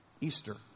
Easter